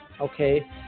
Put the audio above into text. okay